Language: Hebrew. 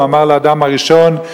הוא אמר לאדם הראשון: